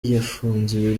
yafunze